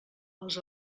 els